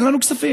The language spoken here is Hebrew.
אין לנו כספים.